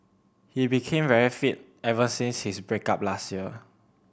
he became very fit ever since his break up last year